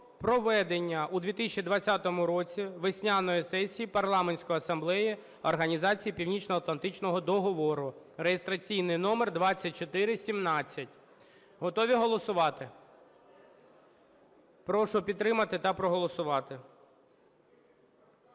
проведення у 2020 році весняної сесії Парламентської асамблеї Організації Північноатлантичного договору" (реєстраційний номер 2417). Готові голосувати? Прошу підтримати та проголосувати.